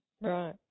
Right